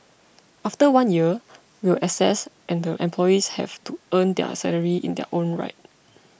after one year we will assess and the employees have to earn their salary in their own right